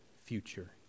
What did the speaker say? future